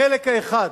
החלק האחד,